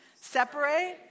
Separate